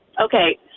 okay